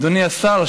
אדוני השר,